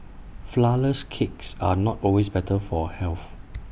Flourless Cakes are not always better for health